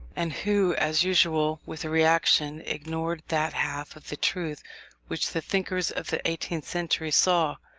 and who, as usual with a reaction, ignored that half of the truth which the thinkers of the eighteenth century saw.